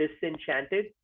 disenchanted